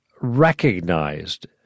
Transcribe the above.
recognized